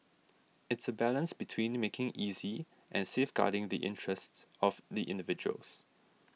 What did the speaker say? it's a balance between making easy and safeguarding the interests of the individuals